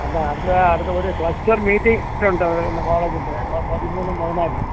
അല്ല അടുത്ത അടുത്ത ഒരു ക്ലസ്റ്റർ മീറ്റിംഗ് ഉണ്ട് ഇന്ന് കോളേജിൻറെ അപ്പോൾ പതിമൂന്നും പതിനാലും